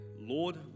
Lord